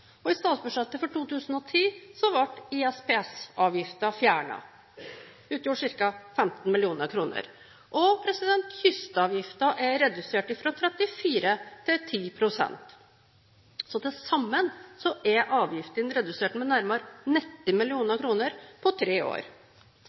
I statsbudsjettet for 2010 ble ISPS-avgiften fjernet – det utgjorde ca. 15 mill. kr. Kystavgiften er redusert fra 34 pst. til 10 pst. Til sammen er avgiftene redusert med nærmere 90